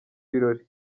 birori